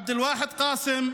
עבד אל-ואחד קאסם,